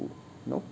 know